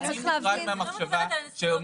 אבל אתה צריך להבין --- אני מוטרד מהמחשבה,